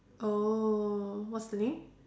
oh what's the name